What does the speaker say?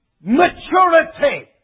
maturity